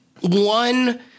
one